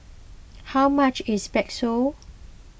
how much is Bakso